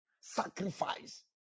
Sacrifice